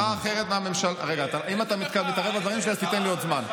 רגע, אם אתה מתערב בדברים שלי, אז תן לי עוד זמן.